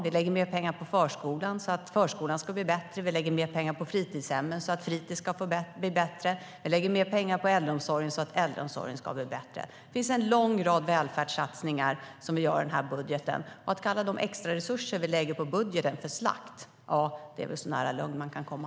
Vi lägger mer pengar på förskolan så att förskolan ska bli bättre. Vi lägger mer pengar på fritidshemmen så att fritis ska bli bättre. Vi lägger även mer pengar på äldreomsorgen så att äldreomsorgen ska bli bättre. Vi gör en lång rad välfärdssatsningar i budgeten. Att kalla de extraresurser vi lägger i budgeten för slakt är väl så nära en lögn man kan komma.